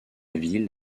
ville